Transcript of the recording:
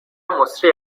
مسری